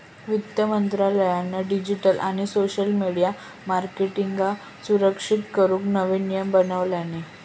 वित्त मंत्रालयान डिजीटल आणि सोशल मिडीया मार्केटींगका सुरक्षित करूक नवे नियम बनवल्यानी